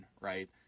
right